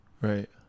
Right